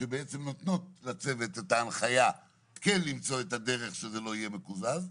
שבעצם נותנות לצוות את ההנחיה כן למצוא את הדרך שזה לא יהיה מקוזז,